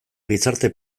gizarte